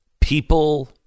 people